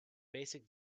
basic